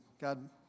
God